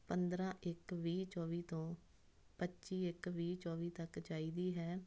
ਪੰਦਰਾਂ ਇੱਕ ਵੀਹ ਚੌਵੀ ਤੋਂ ਪੱਚੀ ਇੱਕ ਵੀਹ ਚੌਵੀ ਤੱਕ ਚਾਹੀਦੀ ਹੈ